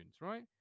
right